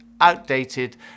outdated